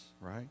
right